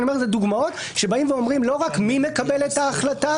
אבל אלה דוגמאות שבאים ואומרים לא רק מי מקבל את ההחלטה,